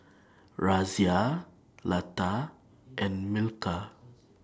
Razia Lata and Milkha